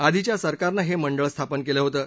आधीच्या सरकारनं हे मंडळ स्थापन केलं होतं